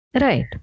Right